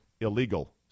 illegal